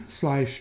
slash